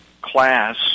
class